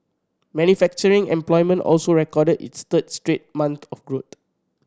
manufacturing employment also recorded its third straight month of growth